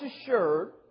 assured